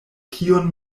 kion